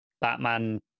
Batman